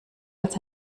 als